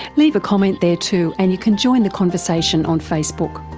leave a comment there too and you can join the conversation on facebook.